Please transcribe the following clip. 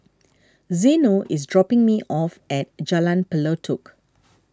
Zeno is dropping me off at Jalan Pelatok